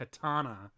katana